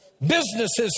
Businesses